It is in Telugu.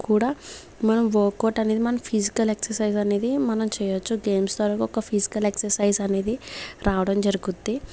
కూడా మనం వర్క్ ఔట్ అనేది మనం ఫిజికల్ ఎక్సెర్సైజ్ అనేది మనం చేయొచ్చు గేమ్స్ ద్వారా ఒక ఫిజికల్ ఎక్సెర్సైజ్ అనేది రావడం జరుగుద్ది